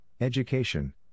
education